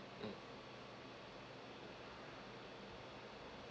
mm